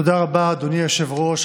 תודה רבה, אדוני היושב-ראש.